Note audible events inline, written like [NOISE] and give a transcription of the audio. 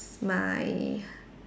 my [BREATH]